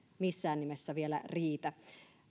missään nimessä vielä riitä